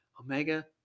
omega